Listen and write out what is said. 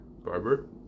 Barber